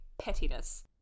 pettiness